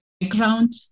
background